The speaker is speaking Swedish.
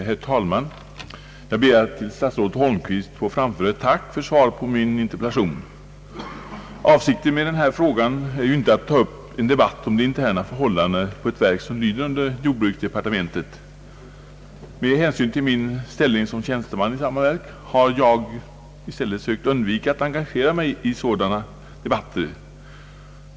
Herr talman! Jag ber att till statsrådet Holmqvist få framför ett tack för svaret på min interpellation. Avsikten med den var inte att ta upp en debatt om de interna förhållandena i ett verk som lyder under jordbruksdepartementet. Med hänsyn till min ställning som tjänsteman i samma verk har jag tvärtom sökt undvika att engagera mig i sådana debatter.